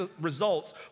results